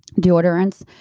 deodorants.